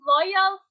Loyal